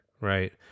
right